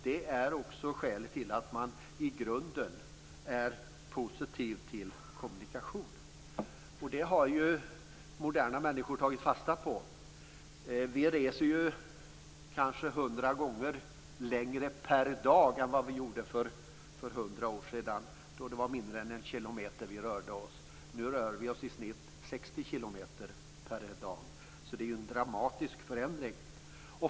Det är också skälet till att man i grunden är positiv till kommunikationer. Moderna människor har tagit fasta på detta. Vi reser kanske hundra gånger längre per dag än folk gjorde för hundra år sedan. Då rörde man sig mindre än 1 km. Nu rör sig människor i snitt 60 km per dag. Det har alltså skett en dramatisk förändring.